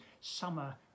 summer